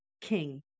king